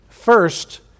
First